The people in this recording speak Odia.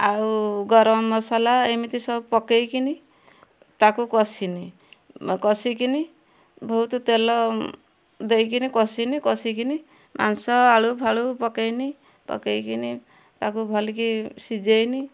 ଆଉ ଗରମ ମସଲା ଏମିତି ସବୁ ପକାଇକିନି ତାକୁ କଷିଲି କଷିକିନି ବହୁତ ତେଲ ଦେଇ କିନି କଷିଲି କଷିକିନି ମାଂସ ଆଳୁ ଫାଳୁ ପକାଇନି ପକାଇକିନି ତାକୁ ଭଲ କି ସିଜାଇନି